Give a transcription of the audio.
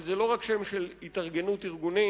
אבל זה לא רק שם של התארגנות ארגונים,